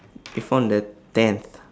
we found the tenth